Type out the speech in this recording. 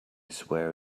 swear